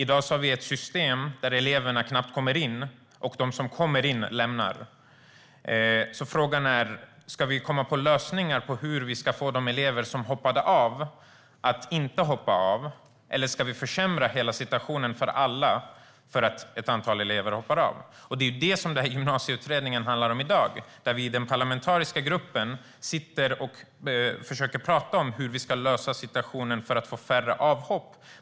I dag har vi ett system där eleverna knappt kommer in, och de som kommer in lämnar gymnasiet. Frågan är: Ska vi komma på lösningar till hur vi ska få de elever som hoppade av att inte hoppa av, eller ska vi försämra hela situationen för alla för att ett antal elever hoppar av? Det är vad Gymnasieutredningen handlar om i dag. Vi talar i den parlamentariska gruppen om hur situationen ska lösas så att det blir färre avhopp.